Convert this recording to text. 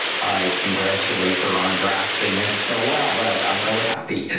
i congratulate her on grasping this so well i'm really happy,